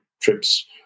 trips